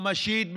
ממשית,